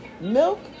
milk